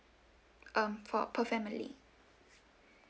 um for per family